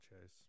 chase